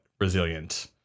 resilient